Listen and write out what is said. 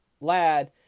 lad